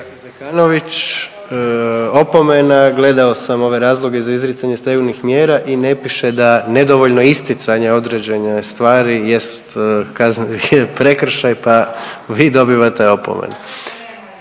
Zekanović, opomena. Gledao sam ove razloge za izricanje stegovnih mjera i ne piše da nedovoljno isticanje određene stvari jest prekršaj, pa vi dobivate opomenu.